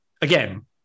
again